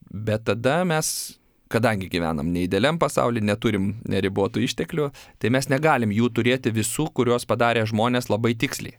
bet tada mes kadangi gyvenam neidealiam pasaulyje neturim neribotų išteklių tai mes negalim jų turėti visų kuriuos padarė žmonės labai tiksliai